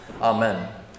Amen